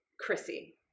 Chrissy